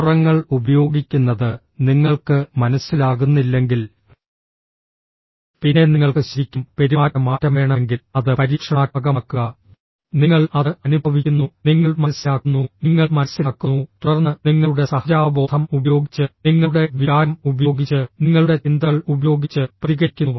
ഫോറങ്ങൾ ഉപയോഗിക്കുന്നത് നിങ്ങൾക്ക് മനസ്സിലാകുന്നില്ലെങ്കിൽ പിന്നെ നിങ്ങൾക്ക് ശരിക്കും പെരുമാറ്റ മാറ്റം വേണമെങ്കിൽ അത് പരീക്ഷണാത്മകമാക്കുക നിങ്ങൾ അത് അനുഭവിക്കുന്നു നിങ്ങൾ മനസ്സിലാക്കുന്നു നിങ്ങൾ മനസ്സിലാക്കുന്നു തുടർന്ന് നിങ്ങളുടെ സഹജാവബോധം ഉപയോഗിച്ച് നിങ്ങളുടെ വികാരം ഉപയോഗിച്ച് നിങ്ങളുടെ ചിന്തകൾ ഉപയോഗിച്ച് പ്രതികരിക്കുന്നു